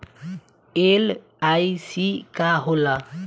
LIC का होला?